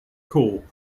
core